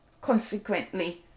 Consequently